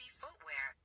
footwear